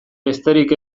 besterik